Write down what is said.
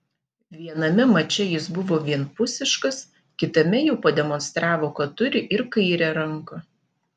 viename mače jis buvo vienpusiškas kitame jau pademonstravo kad turi ir kairę ranką